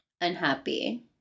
unhappy